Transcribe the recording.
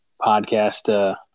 podcast